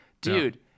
dude